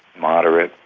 moderate,